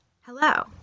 hello